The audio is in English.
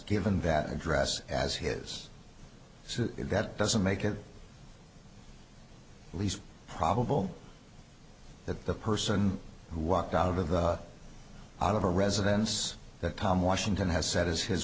given that address as his so that doesn't make at least probable that the person who walked out of the out of a residence that tom washington has said is his